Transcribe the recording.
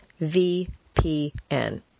VPN